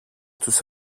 τους